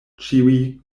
ĉiuj